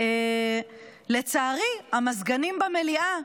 ולצערי, המזגנים במליאה,